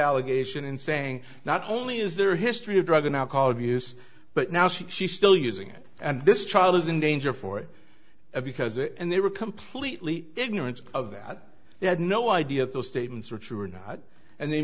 allegation and saying not only is there a history of drug and alcohol abuse but now she still using it and this child is in danger for it because it and they were completely ignorant of that they had no idea those statements are true or not and they